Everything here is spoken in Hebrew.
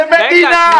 איזה מדינה?